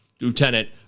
Lieutenant